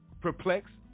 perplexed